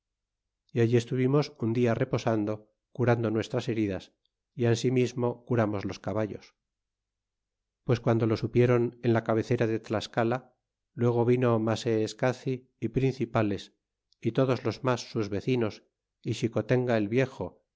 y allí estuvimos un dia reposando curando nuestras heridas y ansimismo curamos los caballos pues guando lo supieron en la cabecera de tlascala luego vino masseescaci y principales y todos los mas sus vecinos y xicotenga el viejo